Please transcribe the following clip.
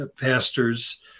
pastors